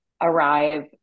arrive